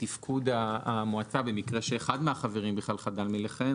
תפקוד המועצה במקרה שאחד מהחברים בכלל חדל מלכהן,